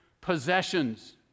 possessions